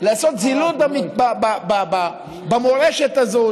לעשות זילות במורשת הזאת,